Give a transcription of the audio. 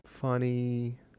Funny